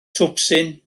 twpsyn